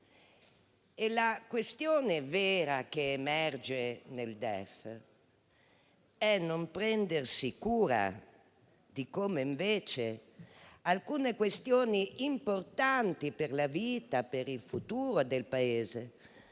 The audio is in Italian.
La questione vera che emerge nel DEF è non prendersi cura di alcune questioni importanti, per la vita e per il futuro del Paese,